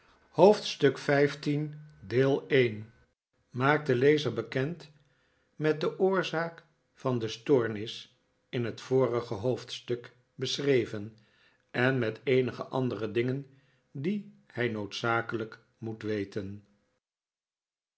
hoofdstuk xv maakt den lezer bekend met de oorzaak van de stoornis in het vorige hoofdstuk beschreven en met eenige andere dingen die hij noodzakelijk moet weten